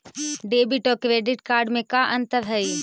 Debit और credit card में का अंतर हइ?